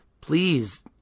please